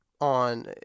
on